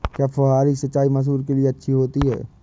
क्या फुहारी सिंचाई मसूर के लिए अच्छी होती है?